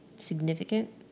significant